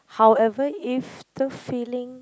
however if the feeling